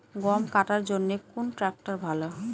গম কাটার জন্যে কোন ট্র্যাক্টর ভালো?